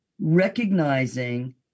recognizing